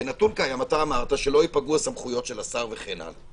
כנתון קיים אמרת שלא ייפגעו הסמכויות של השר וכן הלאה,